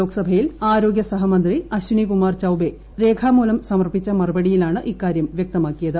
ലോക്സഭയിൽ ആരോഗ്യ സഹമന്ത്രി അശ്ചിനികുമാർ ചൌബേ രേഖാമൂലം സമർപ്പിച്ച മറുപടി യിലാണ് ഇക്കാര്യം വ്യക്തമാക്കിയത്